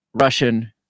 Russian